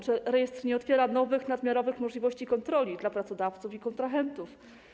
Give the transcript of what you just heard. Czy rejestr nie otwiera nowych, nadmiarowych możliwości kontroli dla pracodawców i kontrahentów?